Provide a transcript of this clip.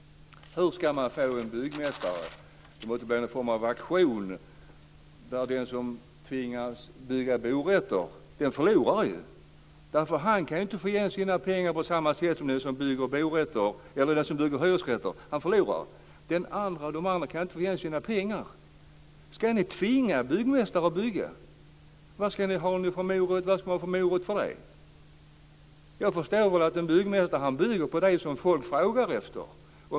Det måste bli auktion om man ska få någon byggmästare att bygga hyresrätter. Den som bygger hyresrätter förlorar, därför att han inte kan få igen sina pengar på samma sätt som den som bygger borätter. Ska ni tvinga byggmästare att bygga? Vad ska ni ha för morot då? En byggmästare bygger det folk frågar efter.